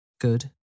Good